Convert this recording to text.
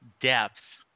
depth